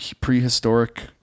prehistoric